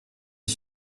des